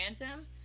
random